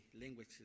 language